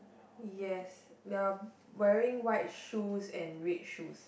yes they are wearing white shoes and red shoes